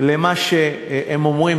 של מה שהם אומרים,